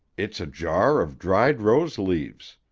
it's a jar of dried rose-leaves.